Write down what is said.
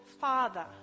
father